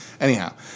anyhow